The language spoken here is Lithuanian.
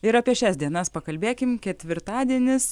ir apie šias dienas pakalbėkim ketvirtadienis